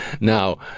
Now